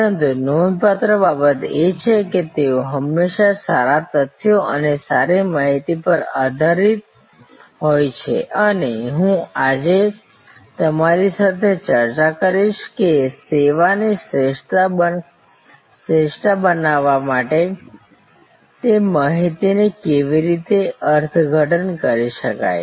પરંતુ નોંધપાત્ર બાબત એ છે કે તેઓ હંમેશા સારા તથ્યો અને સારી માહિતી પર આધારિત હોય છે અને હું આજે તમારી સાથે ચર્ચા કરીશ કે સેવાની શ્રેષ્ઠતા બનાવવા માટે તે માહિતી ને કેવી રીતે અર્થઘટન કરી શકાય